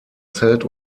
zelt